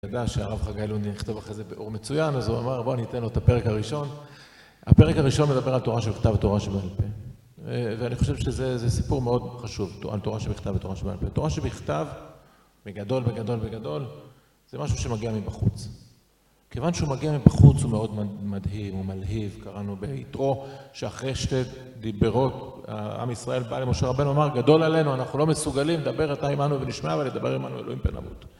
ידע שהרב חגי לאוני יכתב אחרי זה באור מצוין, אז הוא אומר, בוא ניתן לו את הפרק הראשון. הפרק הראשון מדבר על תורה שבכתב ותורה שבעלפה. ואני חושב שזה סיפור מאוד חשוב על תורה שבכתב ותורה שבעלפה. תורה שבכתב, מגדול וגדול וגדול, זה משהו שמגיע מבחוץ. כיוון שהוא מגיע מבחוץ הוא מאוד מדהים ומלהיב, קראנו ביתרו, שאחרי שתי דיברות, העם ישראל בא למשה רבנו ואמר, גדול עלינו, אנחנו לא מסוגלים, דבר אתה עמנו ונשמע וידבר עמנו אלוהים ונמות.